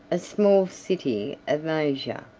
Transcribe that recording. a small city of maesia,